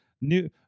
New